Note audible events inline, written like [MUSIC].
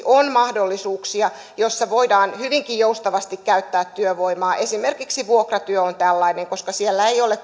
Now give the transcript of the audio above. [UNINTELLIGIBLE] on mahdollisuuksia joissa voidaan hyvinkin joustavasti käyttää työvoimaa esimerkiksi vuokratyö on tällainen koska siellä ei ole [UNINTELLIGIBLE]